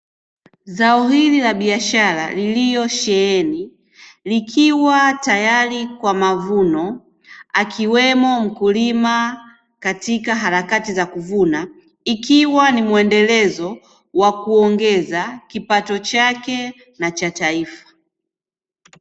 Zao hili la biashara lililosheheni, likiwa tayari kwa mavuno, akiwemo mkulima katika harakati za kuvuna. Ikiwa ni muendelezo wa kuongeza kipato chake na cha taifa.